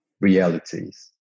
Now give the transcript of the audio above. realities